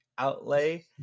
outlay